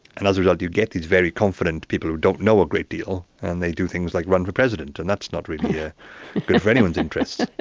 and as a result you get these very confident people who don't know a great deal and they do things like run for president, and that's not really yeah good for anyone's interests.